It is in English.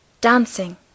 Dancing